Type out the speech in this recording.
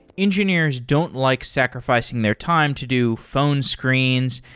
engineers don't like sacrificing their time to do phone screens,